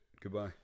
Goodbye